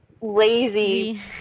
Lazy